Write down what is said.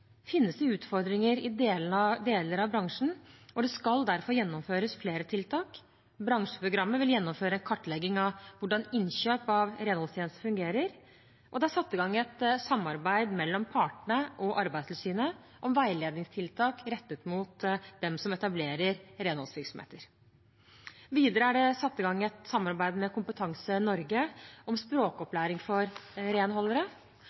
finnes det utfordringer i deler av bransjen, og det skal derfor gjennomføres flere tiltak: Bransjeprogrammet vil gjennomføre en kartlegging av hvordan innkjøp av renholdstjenester fungerer, og det er satt i gang et samarbeid mellom partene og Arbeidstilsynet om veiledningstiltak rettet mot dem som etablerer renholdsvirksomheter. Videre er det satt i gang et samarbeid med Kompetanse Norge om språkopplæring for renholdere.